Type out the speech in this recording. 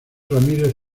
ramírez